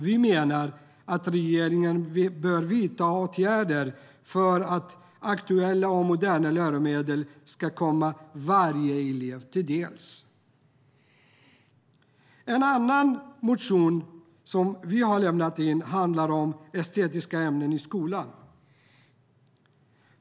Vi menar att regeringen bör vidta åtgärder för att aktuella och moderna läromedel ska komma varje elev till del. En annan motion som vi har lämnat in handlar om estetiska ämnen i skolan.